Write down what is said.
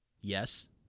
yes